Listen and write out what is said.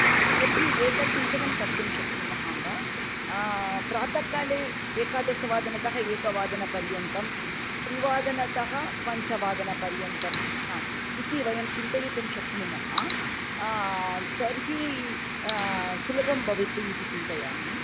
हा तर्हि एकचिन्तनं कर्तुं शक्नुमः अम्ब प्रातःकाले एकादशवादनतः एकवादनपर्यन्तं त्रिवादनतः पञ्चवादनपर्यन्तं हा इति वयं चिन्तयितुं शक्नुमः तर्हि सुलभं भवति इति चिन्तयामि